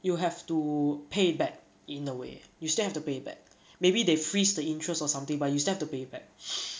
you have to pay back in a way you still have to pay back maybe they freeze the interest or something but you still have to pay back